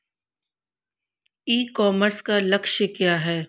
ई commerce का लक्ष्य क्या है?